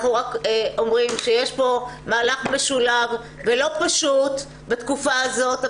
אנחנו רק אומרים שיש פה מהלך משולב ולא פשוט בתקופה הזאת,